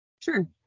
sure